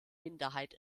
minderheit